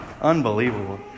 Unbelievable